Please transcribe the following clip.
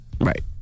Right